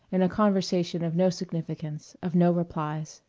in a conversation of no significance, of no replies.